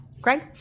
Greg